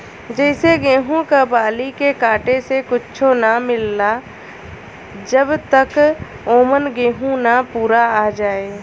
जइसे गेहूं क बाली के काटे से कुच्च्छो ना मिलला जब तक औमन गेंहू ना पूरा आ जाए